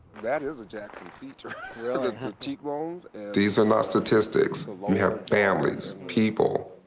that is a jackson feature yeah the cheekbones. these are not statistics. you have families, people,